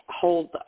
hold